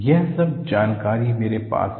यह सब जानकारी मेरे पास है